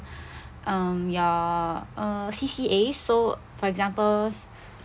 um your uh C_C_A so for example